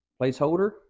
placeholder